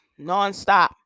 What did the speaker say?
nonstop